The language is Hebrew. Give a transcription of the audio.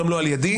גם לא על ידי.